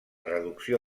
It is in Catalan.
reducció